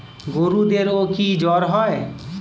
গরুদেরও কি জ্বর হয়?